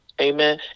Amen